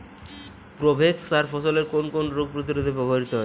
Provex সার ফসলের কোন কোন রোগ প্রতিরোধে ব্যবহৃত হয়?